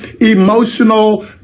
emotional